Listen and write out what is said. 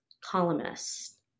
columnist